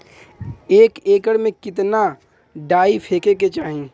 एक एकड़ में कितना डाई फेके के चाही?